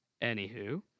Anywho